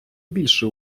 більше